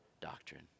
doctrine